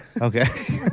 Okay